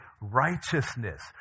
righteousness